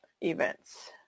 events